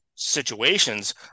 situations